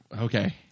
Okay